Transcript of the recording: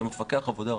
כמפקח עבודה ראשי,